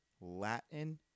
Latin